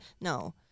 No